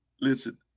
listen